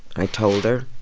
i told her.